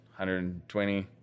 120